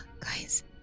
guys